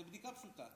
זו בדיקה פשוטה.